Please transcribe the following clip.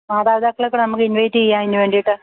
മാതാപിതാക്കളെ കൂടി നമുക്ക് ഇൻവൈറ്റ് ചെയ്യാം അതിന് വേണ്ടിയിട്ട്